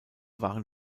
waren